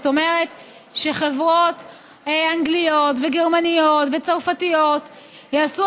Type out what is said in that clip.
זאת אומרת שחברות אנגליות וגרמניות וצרפתיות יעשו